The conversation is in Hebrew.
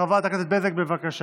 חברת הכנסת ענבר בזק, בבקשה.